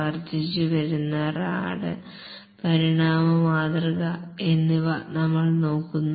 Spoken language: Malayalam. വർദ്ധിച്ചുവരുന്ന റാഡ് എവൊല്യൂഷണറി മാതൃക എന്നിവ നമ്മൾ നോക്കുന്നു